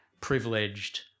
privileged